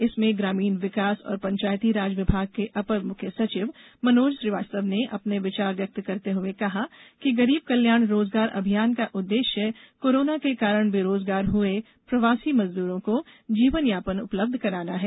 इसमें ग्रामीण विकास और पंचायती राज विभाग के अपर मुख्य सचिव मनोज श्रीवास्तव ने अपने विचार व्यक्त करते हुए कहा कि गरीब कल्याण रोजगार अभियान का उद्देश्य कोरोना के कारण बेरोजगार हुए प्रवासी मजदूरों को जीवन यापन उपलब्ध कराना है